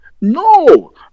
no